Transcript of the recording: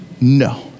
No